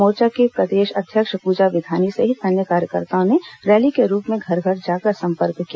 मोर्चा की प्रदेश अध्यक्ष पूजा विधानी सहित अन्य कार्यकर्ताओं ने रैली के रूप में घर घर जाकर संपर्क किया